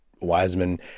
Wiseman